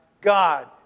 God